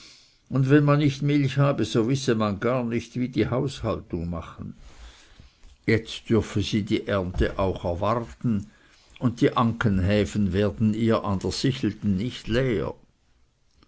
und wenn man nicht milch habe so wisse man gar nicht wie die haushaltung machen jetzt dürfe sie die ernte auch erwarten und die ankenhäfen werden ihr an der sichelten nicht leer